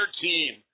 team